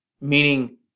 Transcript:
meaning